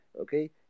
okay